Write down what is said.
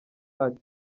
ati